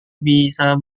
bisa